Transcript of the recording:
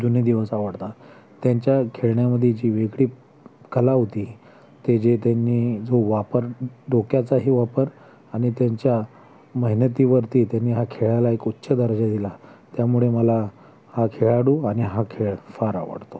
जुने दिवस आवडता त्यांच्या खेळण्यामध्ये जी वेगळी कला होती ते जे त्यांनी जो वापर डोक्याचाही वापर आणि त्यांच्या मेहनतीवरती त्यांनी ह्या खेळाला एक उच्च दर्जा दिला त्यामुळे मला हा खेळाडू आणि हा खेळ फार आवडतो